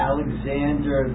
Alexander